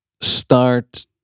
start